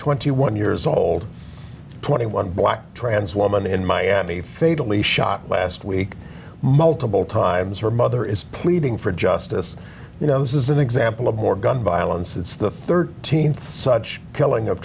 twenty one years old twenty one black trans woman in miami fatally shot last week multiple times her mother is pleading for justice you know this is an example of more gun violence it's the th such killing of